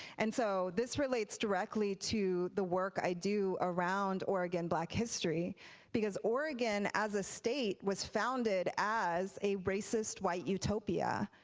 and so this relates directly to the work i do around oregon black history because oregon as a state was founded as a racist, white utopia.